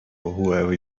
whoever